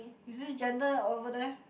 is this gender over there